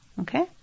Okay